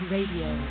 Radio